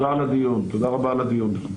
תודה רבה על הדיון.